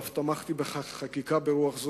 ואף תמכתי בחקיקה ברוח זו,